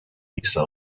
lisa